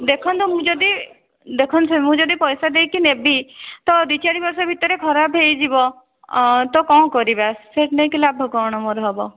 ଦେଖନ୍ତୁ ମୁଁ ଯଦି ଦେଖନ୍ତୁ ସାର୍ ମୁଁ ଯଦି ପଇସା ଦେଇକି ନେବି ତ ଦୁଇ ଚାରି ବର୍ଷ ଭିତରେ ଖରାପ ହୋଇଯିବ ତ କ'ଣ କରିବା ସେୟାକୁ ନେଇକି ଲାଭ କ'ଣ ମୋର ହେବ